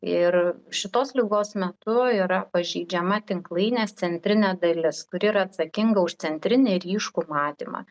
ir šitos ligos metu yra pažeidžiama tinklainės centrinė dalis kuri yra atsakinga už centrinį ryškų matymą